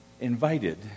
invited